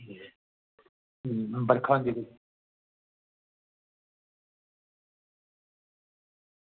बरखा होंदी जेल्लै